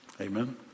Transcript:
Amen